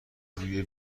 روی